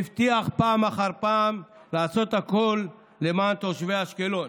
והבטיח פעם אחר פעם לעשות הכול למען תושבי אשקלון.